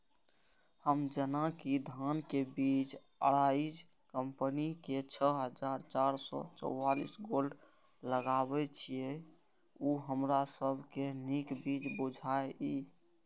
हम जेना कि धान के बीज अराइज कम्पनी के छः हजार चार सौ चव्वालीस गोल्ड लगाबे छीय उ हमरा सब के नीक बीज बुझाय इय?